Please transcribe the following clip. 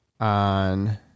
on